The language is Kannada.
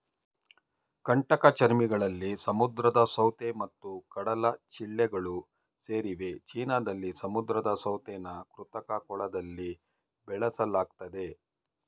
ಕಂಟಕಚರ್ಮಿಗಳಲ್ಲಿ ಸಮುದ್ರ ಸೌತೆ ಮತ್ತು ಕಡಲಚಿಳ್ಳೆಗಳು ಸೇರಿವೆ ಚೀನಾದಲ್ಲಿ ಸಮುದ್ರ ಸೌತೆನ ಕೃತಕ ಕೊಳದಲ್ಲಿ ಬೆಳೆಸಲಾಗ್ತದೆ